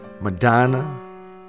Madonna